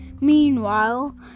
Meanwhile